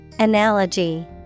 Analogy